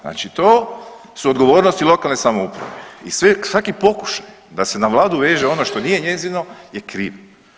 Znači to su odgovornosti lokalne samouprave i svaki pokušaj da se na vladu veže ono što nije njezino je krivi.